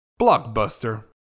Blockbuster